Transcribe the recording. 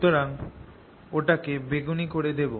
সুতরাং ওটাকে বেগুনি করে দেব